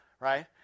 right